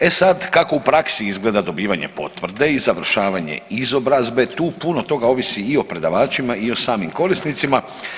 E sad, kako u praksi izgleda dobivanje potvrde i završavanje izobrazbe, tu puno toga ovisi i o predavačima i o samim korisnicima.